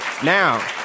Now